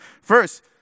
First